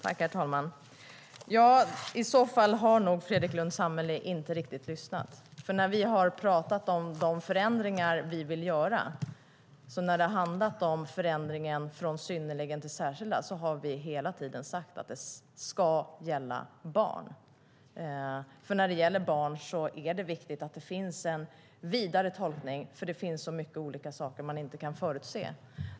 Herr talman! I så fall har nog Fredrik Lundh Sammeli inte riktigt lyssnat, för när vi har pratat om de förändringar vi vill göra och när det har handlat om förändringen från "synnerliga" till "särskilda" har vi hela tiden sagt att det ska gälla barn. När det gäller barn är det nämligen viktigt att det finns en vidare tolkning, för det finns så mycket olika saker man inte kan förutse.